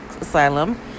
asylum